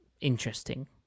interesting